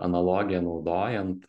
analogiją naudojant